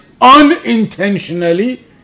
unintentionally